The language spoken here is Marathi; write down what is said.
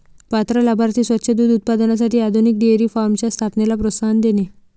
पात्र लाभार्थी स्वच्छ दूध उत्पादनासाठी आधुनिक डेअरी फार्मच्या स्थापनेला प्रोत्साहन देणे